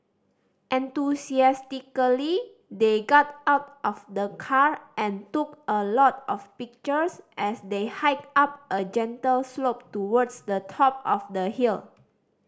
enthusiastically they got out of the car and took a lot of pictures as they hiked up a gentle slope towards the top of the hill